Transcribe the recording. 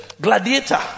gladiator